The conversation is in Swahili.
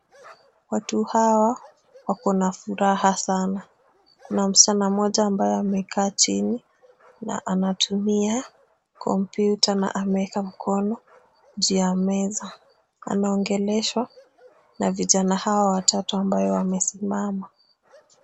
Watu hawa wako na furaha sana. Kuna msichana mmoja ambaye amekaa chini na anatumia kompyuta na ameeka mkono juu ya meza. Anaongeleshwa na vijana hawa watatu ambayo wamesimama.